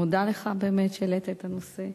אני מודה לך באמת על שהצעת את הנושא.